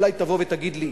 אולי תבוא ותגיד לי,